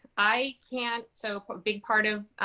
i can't so a big part of,